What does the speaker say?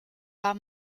war